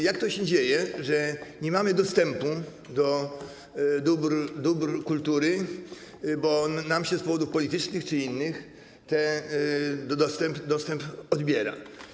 Jak to się dzieje, że nie mamy dostępu do dóbr kultury, bo nam się z powodów politycznych, czy innych, ten dostęp odbiera?